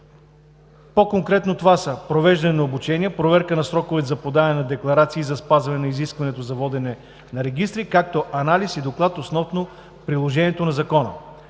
По-конкретно това са: провеждане на обучения, проверка на сроковете за подаване на декларации и за спазване на изискването за водене на регистри, както анализ и доклад относно приложението на закона.